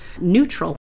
neutral